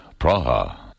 Praha